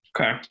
Okay